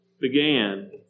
began